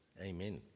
Amen